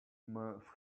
months